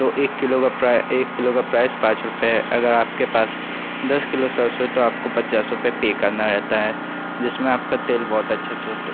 तो एक किलो एक किलो का प्राइ एक किलो का प्राइस पाँच रुपये है अगर आपके पास दस किलो सरसों है तो आपको पचास रुपये पे करना रहता है जिसमें आपका तेल बहुत अच्छा चुरता